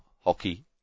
Hockey